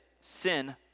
sin